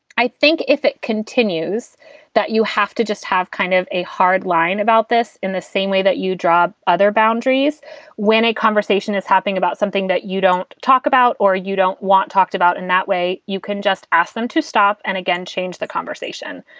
i think if it continues that you have to just have kind of a hard line about this in the same way that you draw other boundaries when a conversation is happening about something that you don't talk about or you don't want talked about in that way, you can just ask them to stop and again, change the conversation.